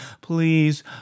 Please